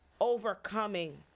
overcoming